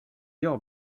jag